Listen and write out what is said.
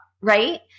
Right